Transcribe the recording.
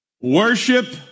Worship